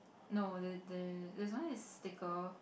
no there there there's only a sticker